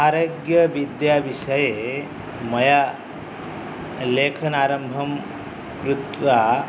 आरोग्यविद्याविषये मया लेखनारम्भं कृत्वा